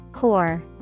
Core